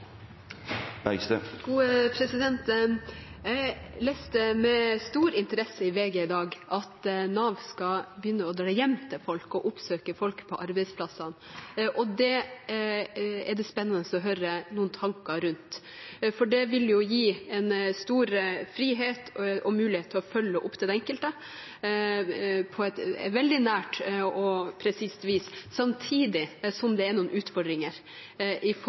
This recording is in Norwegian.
Jeg leste med stor interesse i VG i dag at Nav skal begynne å dra hjem til folk og oppsøke folk på arbeidsplassene, og det er det spennende å høre noen tanker rundt. Det vil gi en stor frihet og mulighet til å følge opp den enkelte på et veldig nært og presist vis, samtidig som det er noen utfordringer med tanke på sikkerhets- og trygghetssituasjonen. Vi vet at Nav-ansatte er blant volds- og trusselutsatte i